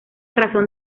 razón